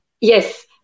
Yes